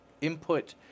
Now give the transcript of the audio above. input